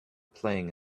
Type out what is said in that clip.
playing